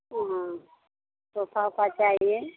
हाँ सोफ़ा वोफ़ा चाहिए